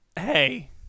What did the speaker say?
Hey